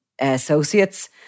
associates